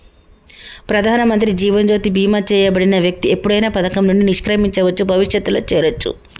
ప్రధానమంత్రి జీవన్ జ్యోతి బీమా చేయబడిన వ్యక్తి ఎప్పుడైనా పథకం నుండి నిష్క్రమించవచ్చు, భవిష్యత్తులో చేరొచ్చు